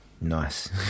nice